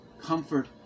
comfort